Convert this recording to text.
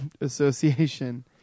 Association